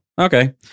okay